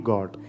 God